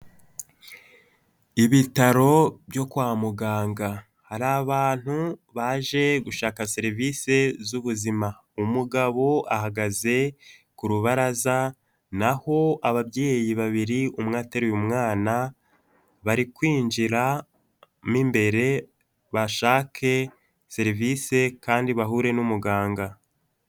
Ibitaro byo kwa muganga hari abantu baje gushaka serivisi z'ubuzima, umugabo ahagaze ku rubaraza naho ababyeyi babiri umwe ateruye umwana, bari kwinjira mo imbere bashake serivisi kandi bahure n'umuganga.